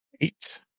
Eight